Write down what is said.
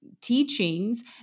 teachings